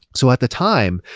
so at the time,